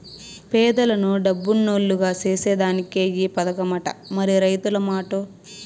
పేదలను డబ్బునోల్లుగ సేసేదానికే ఈ పదకమట, మరి రైతుల మాటో